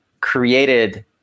created